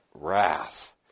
wrath